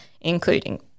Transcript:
including